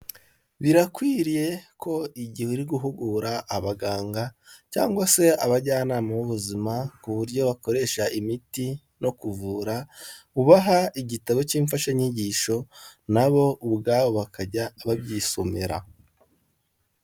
Birakwiriye ko igihe uri guhugura abaganga cyangwa se abajyanama b'ubuzima ku buryo bakoresha imiti no kuvura, ubaha igitabo cy'imfashanyigisho na bo ubwabo bakajya babyisomera.